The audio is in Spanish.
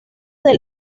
del